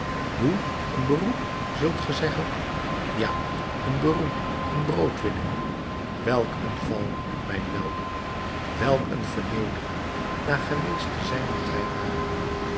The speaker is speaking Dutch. hoe een beroep zult ge zeggen ja een beroep een broodwinning welk een val mijn weldoener welk een vernedering na geweest te zijn wat wij waren